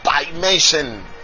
dimension